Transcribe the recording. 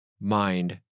mind